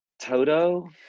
Toto